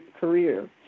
Career